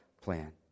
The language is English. plan